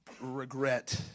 Regret